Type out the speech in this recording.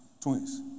Twins